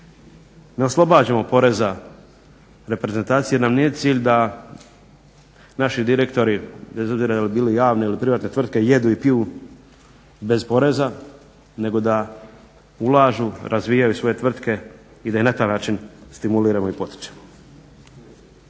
da oslobađamo poreza reprezentacije jer nam nije cilj da naši direktori, bez obzira jel bili javne ili privatne tvrtke jedu i piju bez poreza, nego da ulažu, razvijaju svoje tvrtke i da ih na taj način stimuliramo i potičemo.